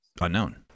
unknown